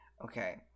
Okay